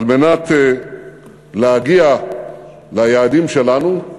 על מנת להגיע ליעדים שלנו,